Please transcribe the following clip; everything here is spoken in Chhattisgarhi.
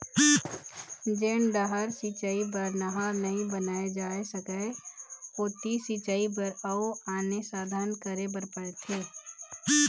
जेन डहर सिंचई बर नहर नइ बनाए जा सकय ओती सिंचई बर अउ आने साधन करे बर परथे